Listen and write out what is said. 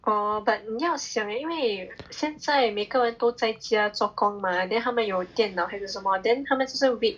oh but 你要想 eh 因为现在每个人都在家做工吗 then 他们有电脑还是什么 then 他们只是 week